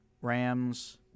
Rams